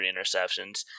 interceptions